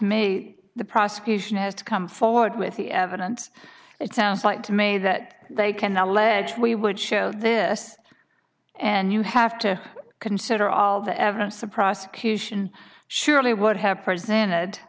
me the prosecution has to come forward with the evidence it sounds like to me that they cannot allege we would show this and you have to consider all the evidence the prosecution surely would have presented